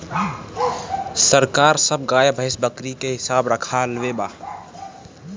सरकार सब गाय, भैंस, बकरी के हिसाब रक्खले बा